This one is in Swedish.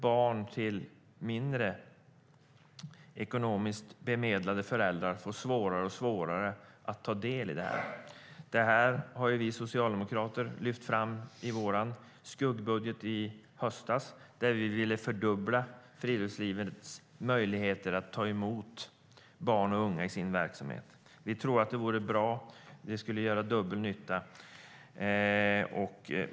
Barn till ekonomiskt mindre bemedlade föräldrar får svårare och svårare att ta del av det. Det här lyfte vi socialdemokrater fram i vår skuggbudget i höstas. Vi ville fördubbla Svenskt Friluftslivs möjligheter att ta emot barn och unga i sin verksamhet. Vi tror att det vore bra och skulle göra dubbel nytta.